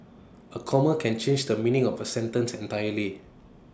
A comma can change the meaning of A sentence entirely